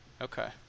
Okay